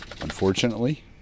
unfortunately